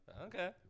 Okay